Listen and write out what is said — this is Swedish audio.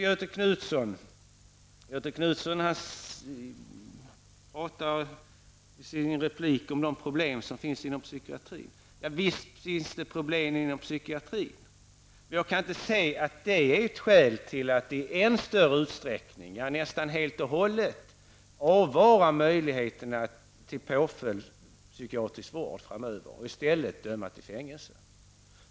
Göthe Knutson talar i sin replik om de problem som finns inom psykiatrin. Visst finns det problem inom psykiatrin. Men jag kan inte se att det är ett skäl till att i än större utsträckning -- ja, nästan helt och hållet -- avvara möjligheterna till påföljden psykiatrisk vård framöver och i stället döma till fängelse.